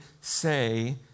say